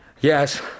Yes